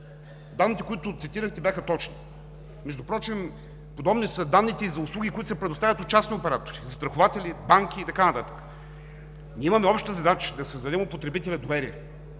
Данните, които цитирахте бяха точни. Впрочем подобни са данните и за услуги, които се предоставят от частни оператори: застрахователи, банки и така нататък. Имаме обща задача – да създадем у потребителя доверие,